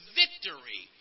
victory